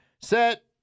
Set